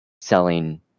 selling